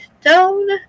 stone